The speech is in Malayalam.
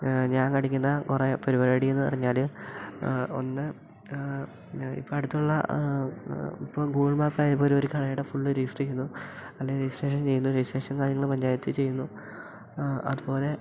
ഞാൻ കാണിക്കുന്ന കുറേ പരിപാടിയെന്നു പറഞ്ഞാൽ ഒന്ന് ഇപ്പം അടുത്തുള്ള ഇപ്പം ഗൂഗിൾ മാപ്പായാൽ പോലും ഒരു കടയുടെ ഫുൾ രജിസ്റ്റർ ചെയ്യുന്നു അല്ലേ രജിസ്ട്രേഷൻ ചെയ്യുന്നു രജിസ്ട്രേഷൻ കാര്യങ്ങൾ പഞ്ചായത്തിൽ ചെയ്യുന്നു അതു പോലെ